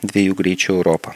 dviejų greičių europa